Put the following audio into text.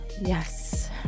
yes